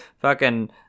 fucking-